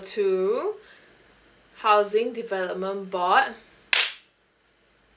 two housing development board